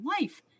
life